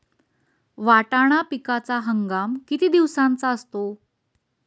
वाटाणा पिकाचा हंगाम किती दिवसांचा असतो?